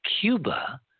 Cuba